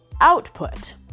output